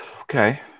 Okay